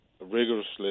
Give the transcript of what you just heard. rigorously